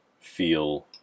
feel